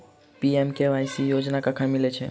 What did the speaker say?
PMKMY योजना कखन मिलय छै?